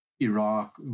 Iraq